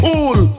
Cool